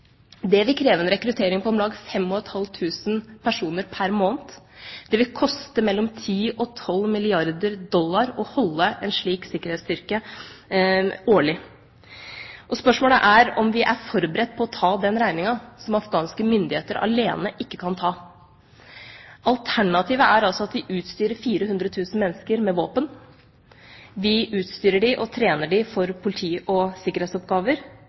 Det vil kreve en rekruttering på om lag 5 500 personer pr. måned. Det vil koste mellom 10 og 12 milliarder dollar å holde en slik sikkerhetsstyrke årlig. Spørsmålet er om vi er forberedt på å ta den regninga som afghanske myndigheter alene ikke kan ta. Alternativet er altså at vi utstyrer 400 000 mennesker med våpen, vi utstyrer dem og trener dem for politi- og sikkerhetsoppgaver,